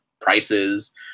prices